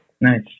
Nice